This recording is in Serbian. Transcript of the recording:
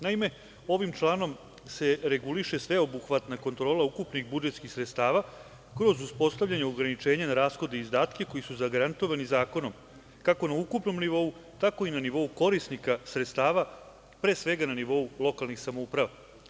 Naime, ovim članom se reguliše sveobuhvatna kontrola ukupnih budžetskih sredstava koji uz uspostavljanje ograničenja na rashode i izdatke koji su zagarantovani zakonom kako na ukupnom nivou tako i na nivou korisnika sredstava, pre svega na nivou lokalnih samouprava.